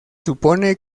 supone